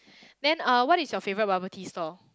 then uh what is your favourite bubble tea store